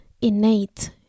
innate